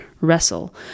wrestle